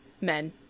men